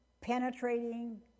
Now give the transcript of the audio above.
penetrating